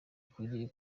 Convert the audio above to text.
ukwiriye